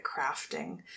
crafting